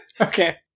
okay